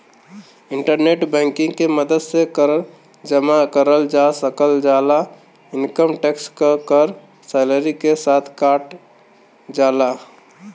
internet banking के मदद से कर जमा करल जा सकल जाला इनकम टैक्स क कर सैलरी के साथ कट जाला